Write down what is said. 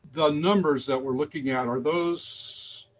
the numbers that we're looking at, are those